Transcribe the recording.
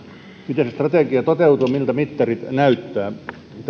miten se strategia toteutuu miltä mittarit näyttävät tässä